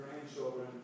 grandchildren